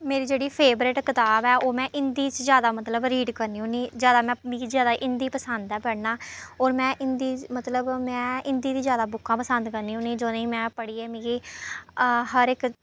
मेरी जेह्ड़ी फेवरट कताब ऐ ओह् में हिंदी च जैदा मतलब रीड करनी होन्नीं जैदा में मिगी जैदा हिंदी पसंद ऐ पढ़ना होर में हिंदी मतलब में हिंदी दी जैदा बुक्कां पसंद करनी होन्नीं जोह्नें गी में पढ़ियै मिगी हर इक